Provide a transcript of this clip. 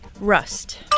Rust